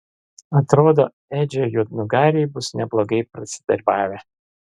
atrodo edžio juodnugariai bus neblogai pasidarbavę